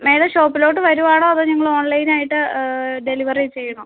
നേരെ ഷോപ്പിലോട്ട് വരുവാണോ അതോ ഞങ്ങൾ ഓൺലൈൻ ആയിട്ട് ഡെലിവറി ചെയ്യണോ